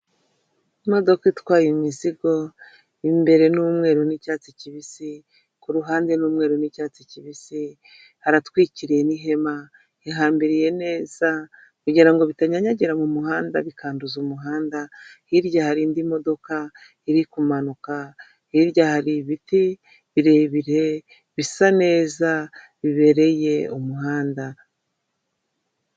Imodoka itwaye imizigo imbere ni umweru n'icyatsi kibisi ku ruhande ni umweru n'icyatsi kibisi, haratwikiwe n'ihema rihambiriye neza kugirango bitanyanyagira mu muhanda, bikanduza umuhanda, hirya hari indi modoka iri kumanuka hirya hari ibiti birebire bisa neza bibereye umuhanda.